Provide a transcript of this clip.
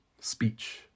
Speech